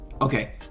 Okay